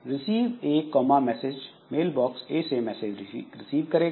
receive A comma message mailbox A से message receive करेगा